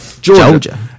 Georgia